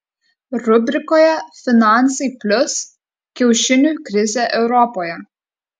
rubrikoje finansai plius kiaušinių krizė europoje